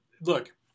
look